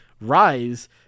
Rise